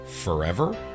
forever